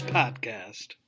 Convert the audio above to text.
podcast